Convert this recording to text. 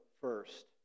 first